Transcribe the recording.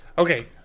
Okay